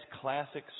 classic